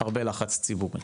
הרבה לחץ ציבורי,